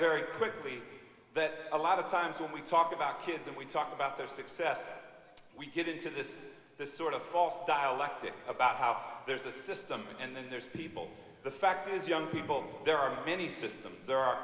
very quickly that a lot of times when we talk about kids and we talk about their success we get into this sort of false dialectic about how there's a system and then there's people the fact is young people there are many systems there are